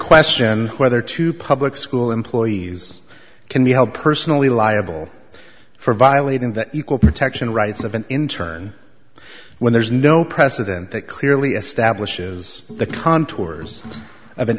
question whether to public school employees can be held personally liable for violating the equal protection rights of an intern when there is no precedent that clearly establishes the contours of an